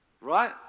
right